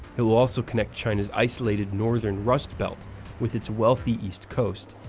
it will also connect china's isolated northern rustbelt with its wealthy east coast,